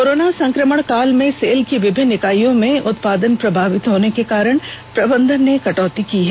corona संक्रमण काल में सेल की विभिन्न इकाईयों में उत्पादन प्रभावित होने के कारण प्रबंधन ने कटौती की है